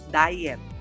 diet